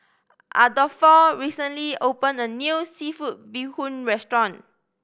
Adolfo recently opened a new seafood bee hoon restaurant